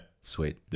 Sweet